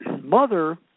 mother